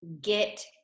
get